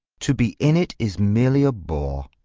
to be in it is merely a bore.